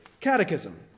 catechism